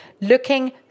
looking